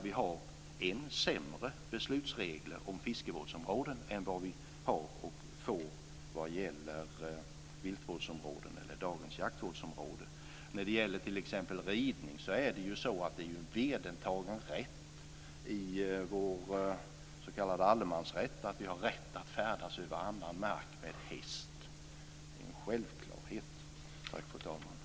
Vi har ännu sämre beslutsregler om fiskevårdsområden än vad vi har och får vad gäller viltvårdsområden, eller dagens jaktvårdsområden. När det gäller t.ex. ridning så är det ju vedertagen rätt i vår s.k. allemansrätt att färdas över annans mark med häst. Det är en självklarhet. Tack, fru talman!